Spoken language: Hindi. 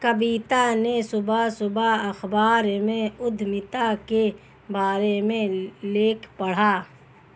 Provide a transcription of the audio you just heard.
कविता ने सुबह सुबह अखबार में उधमिता के बारे में लेख पढ़ा